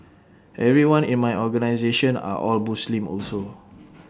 everyone in my organisation are all Muslim also